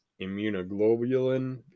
immunoglobulin